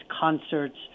concerts